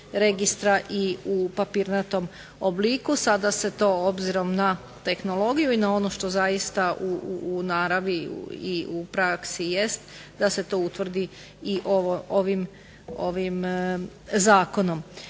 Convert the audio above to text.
registra i u papirnatom obliku. Sada se to obzirom na tehnologiju i na ono što zaista u naravi i u praksi jest da se to i utvrdi i ovim Zakonom.